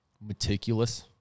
meticulous